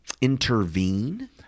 intervene